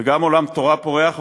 וגם עולם תורה פורח.